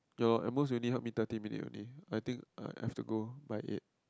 ya lor at most you only help me thirty minutes only I think I I have to go by eight